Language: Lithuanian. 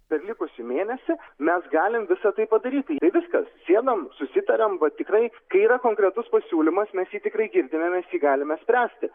per likusį mėnesį mes galim visa tai padaryti viskas sėdam susitariam va tikrai yra konkretus pasiūlymas mes jį tikrai girdime mes jį galime spręsti